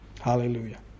Hallelujah